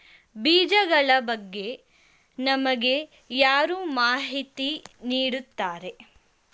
ಬೀಜಗಳ ಬಗ್ಗೆ ನಮಗೆ ಯಾರು ಮಾಹಿತಿ ನೀಡುತ್ತಾರೆ?